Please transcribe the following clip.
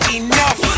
enough